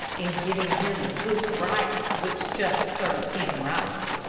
and giving him a good fright, which just served him right.